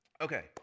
Okay